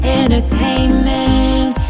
entertainment